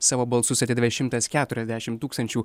savo balsus atidavė šimtas keturiasdešim tūkstančių